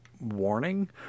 warning